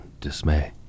dismay